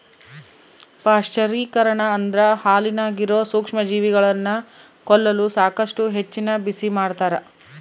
ಪಾಶ್ಚರೀಕರಣ ಅಂದ್ರ ಹಾಲಿನಾಗಿರೋ ಸೂಕ್ಷ್ಮಜೀವಿಗಳನ್ನ ಕೊಲ್ಲಲು ಸಾಕಷ್ಟು ಹೆಚ್ಚಿನ ಬಿಸಿಮಾಡ್ತಾರ